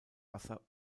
wasser